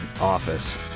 office